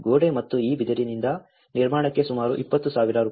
ಗೋಡೆ ಮತ್ತು ಈ ಬಿದಿರಿನ ನಿರ್ಮಾಣಕ್ಕೆ ಸುಮಾರು 20000 ರೂ